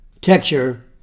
texture